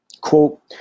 quote